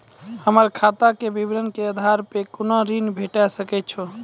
हमर खाता के विवरण के आधार प कुनू ऋण भेट सकै छै की?